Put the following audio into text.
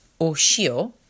Oshio